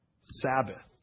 Sabbath